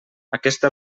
aquesta